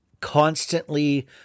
constantly –